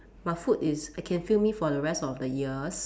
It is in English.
my food is I can fill me for the rest of the years